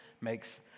makes